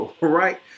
Right